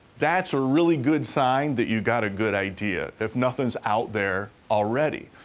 that's a really good sign that you've got a good idea if nothing's out there already.